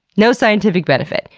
no scientific benefit.